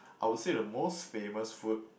I would say the most famous food